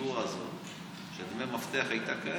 הפרוצדורה הזו של דמי המפתח הייתה קיימת,